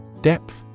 Depth